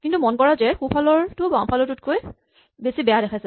কিন্তু মন কৰা যে সোঁফালৰটো বাওঁফালতকৈ বেছি বেয়া দেখাইছে